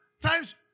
times